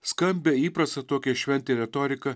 skambią įprastą tokiai šventei retoriką